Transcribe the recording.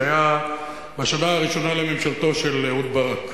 זה היה בשנה הראשונה לממשלתו של אהוד ברק.